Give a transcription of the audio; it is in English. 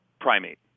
primate